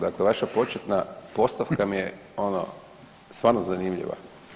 Dakle, vaša početna postavka mi je ono stvarno zanimljiva.